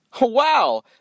Wow